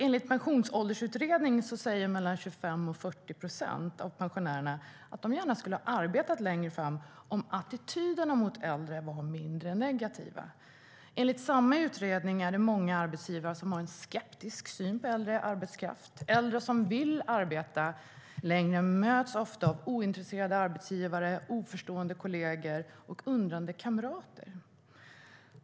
Enligt Pensionsåldersutredningen säger mellan 25 och 40 procent av pensionärerna att de gärna hade arbetat längre om attityden till äldre varit mindre negativ. Enligt samma utredning har många arbetsgivare en skeptisk syn på äldre arbetskraft. Äldre som vill arbeta längre möts ofta av ointresserade arbetsgivare, oförstående kolleger och undrande kamrater.